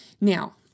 Now